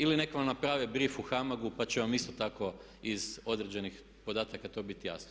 Ili neka vam naprave brif u HAMAG-u pa će vam isto tako iz određenih podataka to biti jasno.